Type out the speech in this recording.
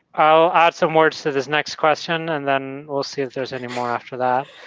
i'll add some words to this next question, and then we'll see if there's any more after that.